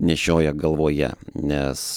nešioja galvoje nes